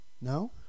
No